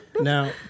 Now